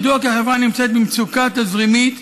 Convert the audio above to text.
ידוע כי החברה נמצאת במצוקה תזרימית,